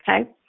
Okay